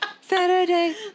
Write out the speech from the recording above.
Saturday